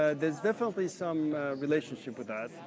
ah there's definitely some relationship with that,